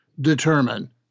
determine